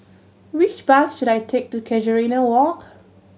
which bus should I take to Casuarina Walk